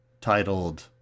titled